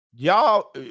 Y'all